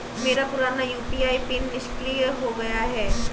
मेरा पुराना UPI PIN निष्क्रिय हो गया है